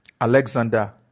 Alexander